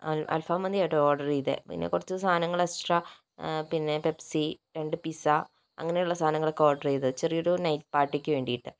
അൽഫാം മന്തിയാ കേട്ടോ ഓർഡർ ചെയ്തത് പിന്നെ കുറച്ചു സാധനങ്ങൾ എക്സ്ട്രാ പിന്നെ പെപ്സി രണ്ട് പിസ്സ അങ്ങനെയുള്ള സാധനങ്ങളൊക്കെ ഓർഡർ ചെയ്തു ചെറിയൊരു നൈറ്റ് പാർട്ടിക്ക് വേണ്ടിയിട്ട്